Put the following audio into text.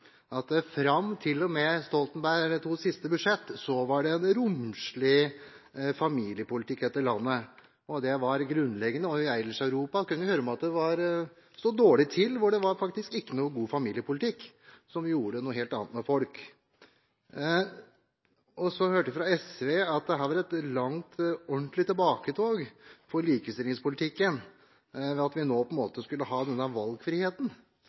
at det fram til og med Stoltenberg IIs siste budsjett var en romslig familiepolitikk i dette landet, og at det var grunnleggende. Ellers i Europa, kunne vi høre, sto det dårlig til – det var ikke noen god familiepolitikk der, noe som gjorde noe helt annet med folk. Vi hørte fra SV at det var et langt og ordentlig tilbaketog for likestillingspolitikken, det at vi nå skulle ha denne valgfriheten.